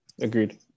Agreed